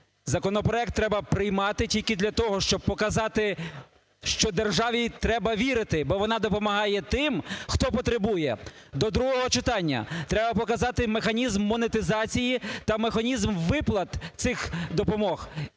Законопроект треба приймати тільки для того, щоб показати, що державі треба вірити, бо вона допомагає тим, хто потребує. До другого читання треба показати механізм монетизації та механізм виплат цих допомог